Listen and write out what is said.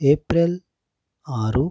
April ఆరు